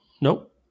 Nope